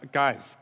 guys